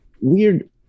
weird